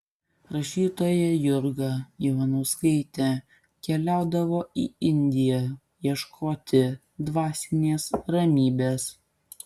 rašytoja jurga ivanauskaitė keliaudavo į indiją ieškoti dvasinės ramybės